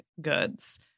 goods